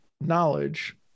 knowledge